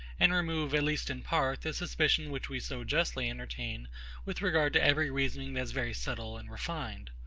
and remove, at least in part, the suspicion which we so justly entertain with regard to every reasoning that is very subtle and refined.